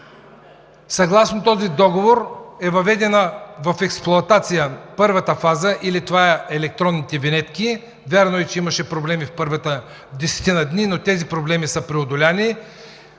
Съгласно този договор е въведена в експлоатация първата фаза или това са електронните винетки. Вярно е, че имаше проблеми в първите десетина дни, но тези проблеми са преодолени.